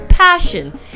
passion